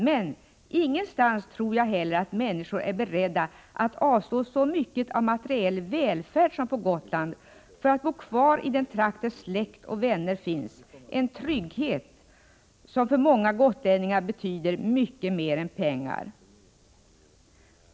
Men ingenstans tror jag heller att människor är beredda att avstå så mycket av materiell välfärd som på Gotland för att få bo kvar i den trakt där släkt och vänner finns — en trygghet som för många gotlänningar betyder mycket mer än pengar.